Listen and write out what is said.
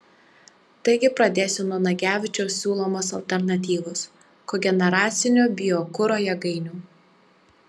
taigi pradėsiu nuo nagevičiaus siūlomos alternatyvos kogeneracinių biokuro jėgainių